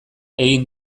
egin